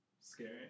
scary